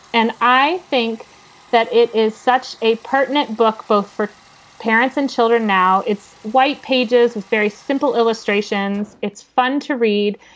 and i think that it is such a pertinent book both for parents and children. now it's white pages with very simple illustrations. it's fun to read,